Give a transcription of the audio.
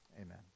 Amen